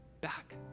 back